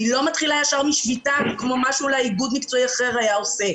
אני לא מתחילה ישר משביתה כמו שאולי איגוד מקצועי אחר היה עושה.